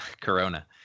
Corona